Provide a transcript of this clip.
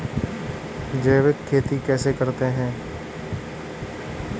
जैविक खेती कैसे करते हैं?